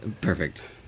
Perfect